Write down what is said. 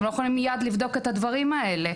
שאתם לא יכולים מייד לבדוק את הדברים האלה.